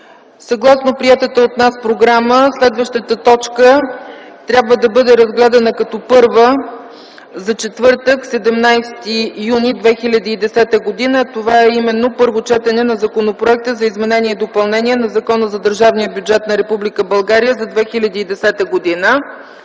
Съгласно приетата от нас програма следващата точка трябва да бъде разгледана като първа в четвъртък – 17 юни 2010 г. Това именно е първо четене на Законопроекта за изменение и допълнение на Закона за държавния бюджет на Република